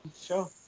Sure